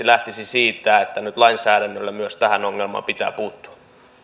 lähtisi siitä että nyt lainsäädännöllä myös tähän ongelmaan pitää puuttua